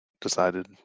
decided